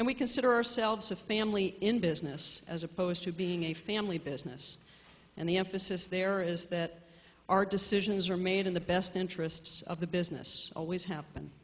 and we consider ourselves a family in business as opposed to being a family business and the emphasis there is that our decisions are made in the best interests of the business always happen